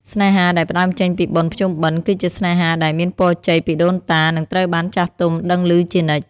ស្នេហាដែលផ្ដើមចេញពីបុណ្យភ្ជុំបិណ្ឌ គឺជាស្នេហាដែល "មានពរជ័យពីដូនតា" និងត្រូវបានចាស់ទុំដឹងឮជានិច្ច។